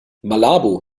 malabo